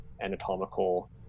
anatomical